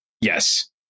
yes